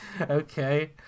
okay